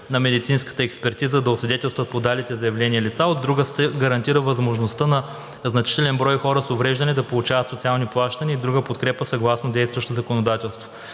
на медицинската експертиза да освидетелстват подалите заявления лица, а от друга, се гарантира възможността на значителен брой хора с увреждания да получават социални плащания и друга подкрепа съгласно действащото законодателство.